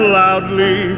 loudly